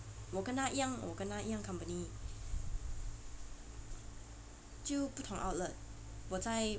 我跟她一样一样 company 就不同 outlet 我在